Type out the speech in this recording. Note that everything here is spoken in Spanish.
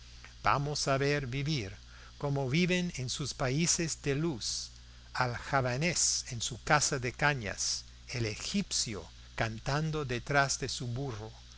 vamos a ver vivir como viven en sus países de luz al javanés en su casa de cañas al egipcio cantando detrás de su burro